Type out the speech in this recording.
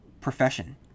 profession